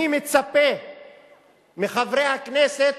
אני מצפה מחברי הכנסת